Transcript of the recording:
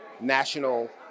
national